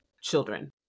children